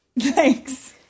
Thanks